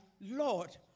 Lord